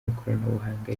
w’ikoranabuhanga